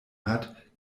hat